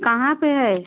कहाँ पर है